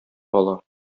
ала